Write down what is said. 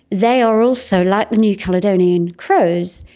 they are also, like the new caledonian crows,